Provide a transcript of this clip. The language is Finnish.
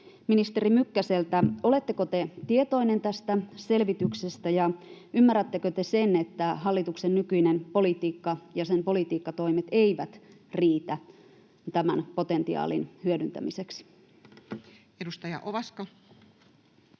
ministeri Mykkäseltä: oletteko te tietoinen tästä selvityksestä, ja ymmärrättekö te sen, että hallituksen nykyinen politiikka ja sen politiikkatoimet eivät riitä tämän potentiaalin hyödyntämiseksi? Edustaja Ovaska.